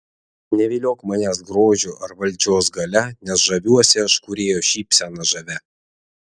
neviliok manęs grožiu ar valdžios galia nes žaviuosi aš kūrėjo šypsena žavia